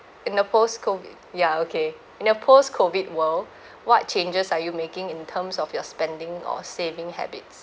in the post COVID ya okay in the post COVID world what changes are you making in terms of your spending or saving habits